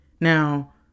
Now